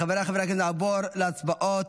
חבריי חברי, נעבור להצבעות.